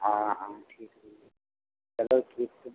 हाँ हाँ ठीक चलो ठीक है